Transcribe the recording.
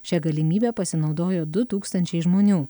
šia galimybe pasinaudojo du tūkstančiai žmonių